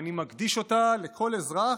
ואני מקדיש אותה לכל אזרח,